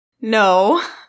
No